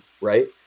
right